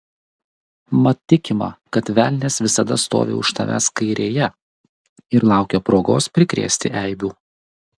mat tikima kad velnias visada stovi už tavęs kairėje ir laukia progos prikrėsti eibių